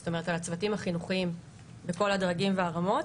זאת אומרת על הצוותים החינוכיים בכל הדרגים והרמות,